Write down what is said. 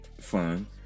fun